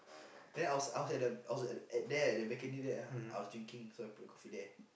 then I was I was at the I was at at there at the balcony there I was drinking so I put the coffee there